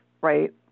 right